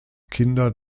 kinder